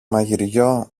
μαγειριό